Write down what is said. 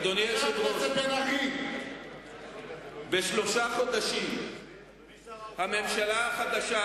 אדוני היושב-ראש, בשלושה חודשים הממשלה החדשה